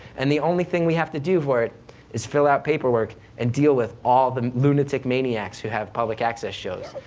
and the only thing we have to do for it is fill out paperwork and deal with all the lunatic maniacs who have public access shows.